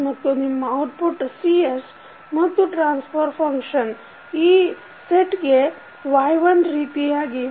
ಮತ್ತು ನಿಮ್ಮ output Cs ಮತ್ತು ಟ್ರಾನ್ಸಫರ್ ಫಂಕ್ಷನ್ ಈ ಸೆಟ್ಗೆ Y1 ರೀತಿಯಾಗಿವೆ